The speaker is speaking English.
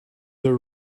the